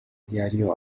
diario